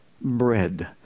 bread